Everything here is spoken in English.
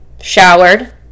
showered